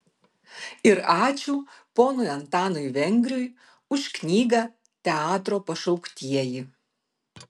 ir ačiū ponui antanui vengriui už knygą teatro pašauktieji